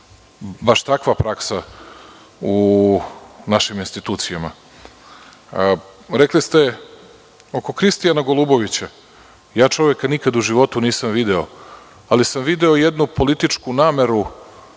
baš takva praksa u našim institucijama. Rekli ste u vezi Kristijana Golubovića, čoveka nikada nisam video, ali sam video jednu političku nameru